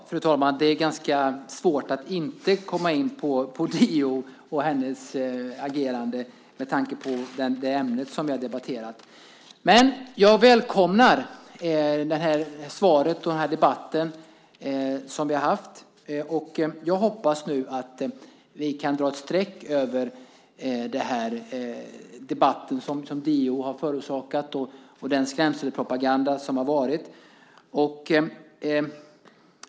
Fru talman! Det är ganska svårt att inte komma in på DO och hennes agerande med tanke på det ämne som vi har debatterat. Men jag välkomnar svaret och den debatt som vi har haft. Jag hoppas nu att vi kan dra ett streck över den debatt som DO har förorsakat och den skrämselpropaganda som har varit.